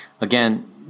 Again